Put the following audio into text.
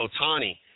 Otani